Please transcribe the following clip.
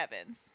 Evans